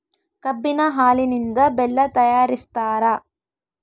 ಕಬ್ಬಿನ ಹಾಲಿನಿಂದ ಬೆಲ್ಲ ತಯಾರಿಸ್ತಾರ